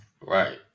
right